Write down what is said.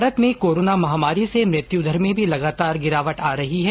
भारत में कोरोना महामारी से मृत्यु दर में भी लगातार गिरावट आ रही है